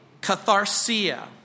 catharsia